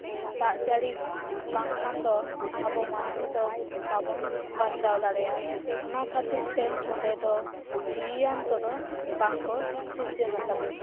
ᱫᱟᱜᱼᱡᱟᱹᱲᱤ ᱵᱟᱝᱠᱷᱟᱱ ᱫᱚ ᱟᱵᱚ ᱢᱟᱱᱢᱤ ᱫᱚ ᱵᱟᱵᱚᱱ ᱵᱟᱧᱪᱟᱣ ᱫᱟᱲᱮᱭᱟᱜᱼᱟ ᱚᱱᱟ ᱠᱷᱟᱹᱛᱤᱨ ᱛᱮ ᱚᱸᱰᱮ ᱫᱚ ᱡᱤᱣᱤᱭᱟᱱ ᱠᱚᱫᱚ ᱵᱟᱝᱠᱚ ᱥᱤᱨᱡᱟᱹᱱ ᱟᱠᱟᱱᱟ